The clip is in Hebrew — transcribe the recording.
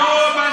היום נצביע בעד.